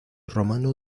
romano